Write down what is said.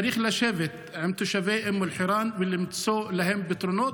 צריך לשבת עם תושבי אום אל-חיראן ולמצוא להם פתרונות.